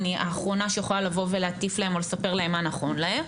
אני האחרונה שיכולה לבוא ולהטיף להם או לספר להם מה נכון להם,